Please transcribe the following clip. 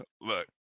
look